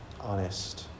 honest